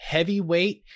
Heavyweight